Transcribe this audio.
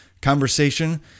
conversation